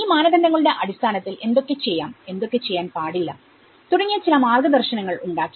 ഈ മാനദണ്ഡങ്ങളുടെ അടിസ്ഥാനത്തിൽ എന്തൊക്കെ ചെയ്യാം എന്തൊക്കെ ചെയ്യാൻ പാടില്ല തുടങ്ങിയ ചില മാർഗ്ഗ ദർശനങ്ങൾ ഉണ്ടാക്കി